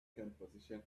composition